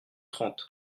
trente